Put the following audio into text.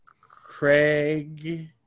Craig